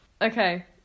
Okay